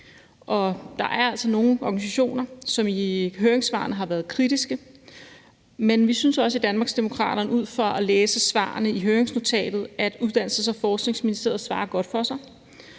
Der er altså nogle organisationer, som i høringssvarene har været kritiske. Men vi synes i Danmarksdemokraterne efter at have læst svarene i høringsnotatet, at Uddannelses- og Forskningsministeriet svarer godt for sig,